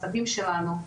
הסבים שלנו,